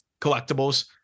collectibles